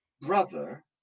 brother